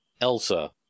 Elsa